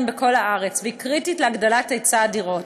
בכל הארץ והיא קריטית להגדלת היצע הדירות.